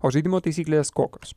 o žaidimo taisyklės kokios